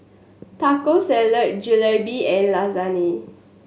Taco Salad Jalebi and Lasagne